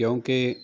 ਕਿਉਂਕਿ